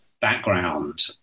background